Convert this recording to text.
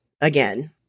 again